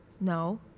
No